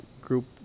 group